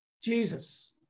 Jesus